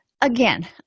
again